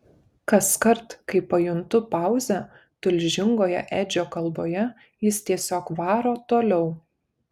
kaskart kai pajuntu pauzę tulžingoje edžio kalboje jis tiesiog varo toliau